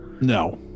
no